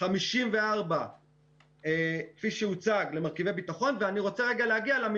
54 מיליון, כפי שהוצג, הלכו למרכיבי ביטחון.